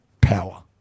power